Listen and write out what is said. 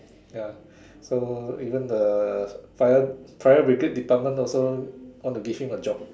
ya so even the fire fire brigade department also want to give him a job